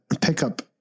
pickup